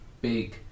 big